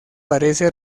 parece